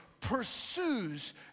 pursues